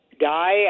Die